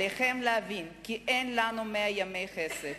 עליכם להבין כי אין לנו מאה ימי חסד.